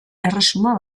erresuma